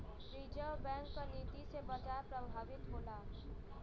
reserve bank क नीति से बाजार प्रभावित होला